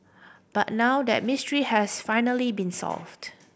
but now that mystery has finally been solved